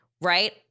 Right